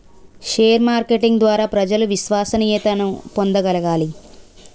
share marketing ద్వారా ప్రజలు విశ్వసనీయతను పొందగలగాలి